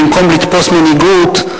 במקום לתפוס מנהיגות,